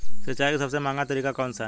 सिंचाई का सबसे महंगा तरीका कौन सा है?